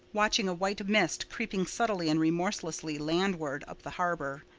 watching a white mist creeping subtly and remorselessly landward up the harbor.